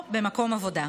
כמו במקום עבודה.